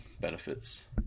benefits